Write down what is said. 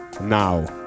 Now